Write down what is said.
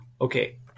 Okay